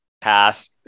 pass